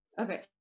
Okay